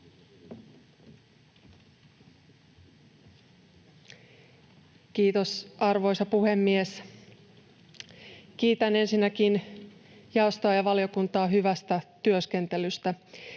Kiitos, arvoisa puhemies! Kiitän ensinnäkin jaostoa ja valiokuntaa hyvästä työskentelystä.